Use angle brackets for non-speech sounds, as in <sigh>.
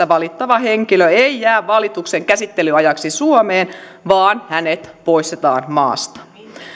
<unintelligible> valittava henkilö ei jää valituksen käsittelyajaksi suomeen vaan hänet poistetaan maasta